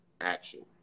action